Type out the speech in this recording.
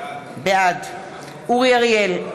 בעד אורי אריאל,